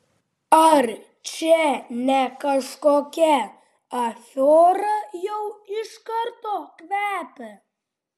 ar čia ne kažkokia afiora jau iš karto kvepia